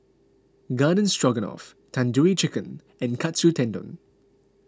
Garden Stroganoff Tandoori Chicken and Katsu Tendon